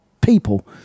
people